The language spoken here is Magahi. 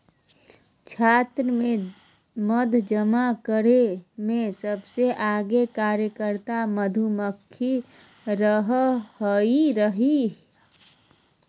छत्ता में मध जमा करे में सबसे आगे कार्यकर्ता मधुमक्खी रहई हई